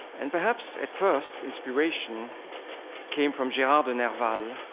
and perhaps at first inspiration came from gerard de nerval,